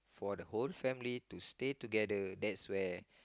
for the whole family to stay together that's where